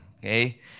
Okay